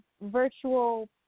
virtual